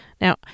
Now